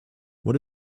what